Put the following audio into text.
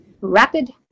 rapid